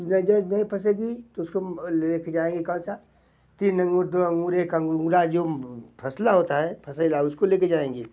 नहीं फसेगी तो उसको लेके जाएंगे कौन सा तीन अंगुर दो अंगुर एक अंगुर मुरा जो फसला होता है फसेला उसको लेके जाएंगे